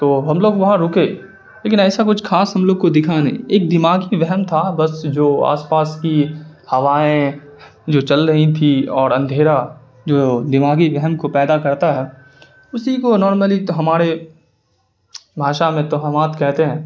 تو ہم لوگ وہاں رکے لیکن ایسا کچھ خاص ہم لوگ کو دکھا نہیں ایک دماغی وہم تھا بس جو آس پاس کی ہوائیں جو چل رہی تھیں اور اندھیرا جو دماغی وہم کو پیدا کرتا ہے اسی کو نارملی تو ہمارے بھاشا میں توہمات کہتے ہیں